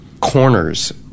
corners